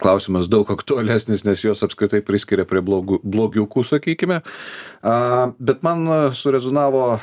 klausimas daug aktualesnis nes juos apskritai priskiria prie blogų blogiukų sakykime a bet man surezonavo